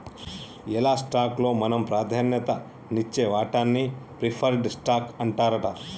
ఎలా స్టాక్ లో మనం ప్రాధాన్యత నిచ్చే వాటాన్ని ప్రిఫర్డ్ స్టాక్ అంటారట